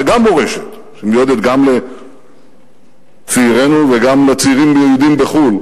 וגם "מורשת" היא מיועדת גם לצעירינו וגם לצעירים היהודים בחו"ל,